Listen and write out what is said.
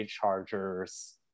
Chargers